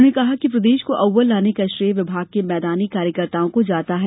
उन्होंने कहा कि प्रदेश को अव्वल लाने का श्रेय विभाग के मैदानी कार्यकर्ताओं को जाता है